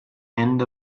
end